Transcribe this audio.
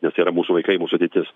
nes tai yra mūsų vaikai mūsų ateitis